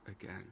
again